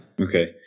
Okay